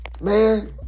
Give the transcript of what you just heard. man